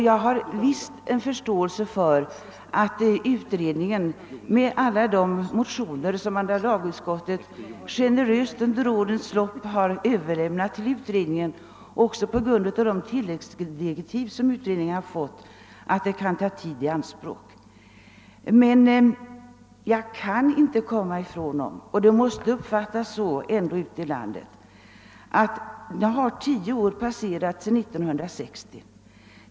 Jag har visst förståelse för att arbetet i utredningen, med hänsyn till alla de motioner som andra lagutskottet under årens lopp generöst överlämnat och även med hänsyn till de tilläggsdirektiv den fått, kan komma att ta tid i anspråk. Man kan emellertid inte komma ifrån det faktum att tio år nu har förflutit sedan 1960.